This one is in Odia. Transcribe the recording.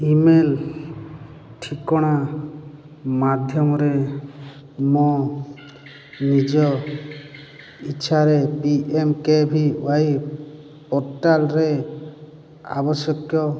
ଇ ମେଲ୍ ଠିକଣା ମାଧ୍ୟମରେ ମୋ ନିଜ ଇଚ୍ଛାରେ P M K V Y ପୋର୍ଟାଲ୍ରେ ଆବଶ୍ୟକୀୟ